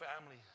family